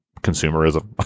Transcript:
consumerism